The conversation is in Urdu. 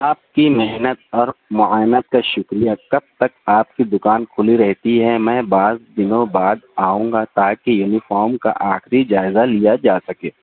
آپ کی محنت اور معاونت کا شکریہ کب تک آپ کی دوکان کھلی رہتی ہے میں بعض دنوں بعد آؤں گا تاکہ یونیفام کا آخری جائزہ لیا جا سکے